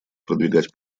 продвигать